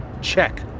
check